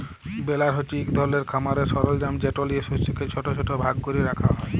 বেলার হছে ইক ধরলের খামারের সরলজাম যেট লিঁয়ে শস্যকে ছট ছট ভাগ ক্যরে রাখা হ্যয়